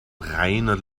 reiner